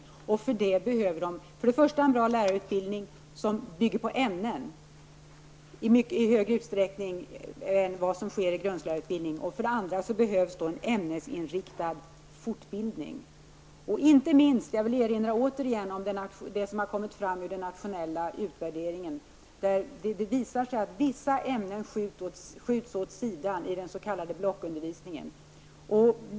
För att detta skall bli möjligt behöver de för det första en bra lärarutbildning som i större utsträckning än grundskollärarutbildningen bygger på ämnen och för det andra en ämnesinriktad fortbildning. Jag vill återigen erinra om vad som kommit fram genom den nationella utvärderingen. Det visade sig där att vissa ämnen skjuts åt sidan i den s.k. blockundervisningen.